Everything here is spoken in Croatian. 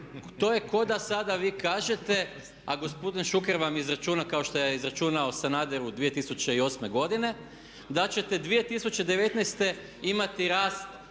To je kao da sada vi kažete a gospodin Šuker vam izračuna kao što je izračunao Sanaderu 2008. godine, da ćete 2019. imati rast